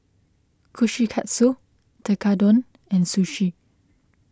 Kushikatsu Tekkadon and Sushi